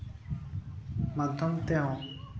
ᱢᱟᱫᱽᱫᱷᱚᱢ ᱛᱮ ᱦᱚᱸ